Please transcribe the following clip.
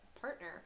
partner